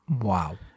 Wow